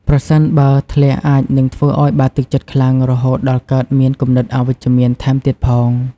ប្រសិនបើ ធ្លាក់អាចនឹងធ្វើឲ្យបាក់ទឹកចិត្តខ្លាំង រហូតដល់កើតមានគំនិតអវិជ្ជមានថែមទៀតផង។